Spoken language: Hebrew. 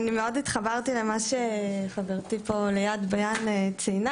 מאוד התחברתי למה שחברתי ביאן ציינה.